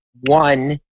one